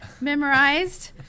memorized